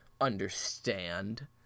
Understand